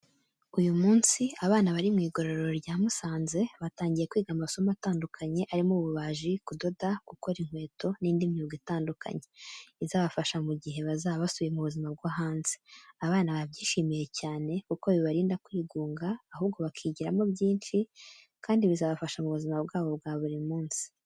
Uyu munsi abana bari mu igororero rya Musanze batangiye kwiga amasomo atandukanye arimo ububaji, kudoda, gukora inkweto n’indi myuga itandukanye, izabafasha mu gihe bazaba basubiye mu buzima bwo hanze. Abana babyishimiye cyane kuko bibarinda kwigunga, ahubwo bakigiramo byinshi kandi bizabafasha mu buzima bwabo bwa buri munsi.